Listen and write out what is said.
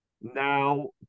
now